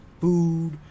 food